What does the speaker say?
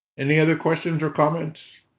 any other questions or comments?